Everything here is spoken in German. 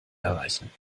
erreichen